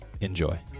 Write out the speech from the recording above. Enjoy